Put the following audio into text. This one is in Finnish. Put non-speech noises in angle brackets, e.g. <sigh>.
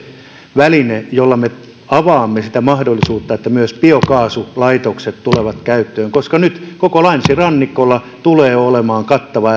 väline jolla me avaamme sitä mahdollisuutta että myös biokaasulaitokset tulevat käyttöön koska nyt koko länsirannikolla tulee olemaan kattava <unintelligible>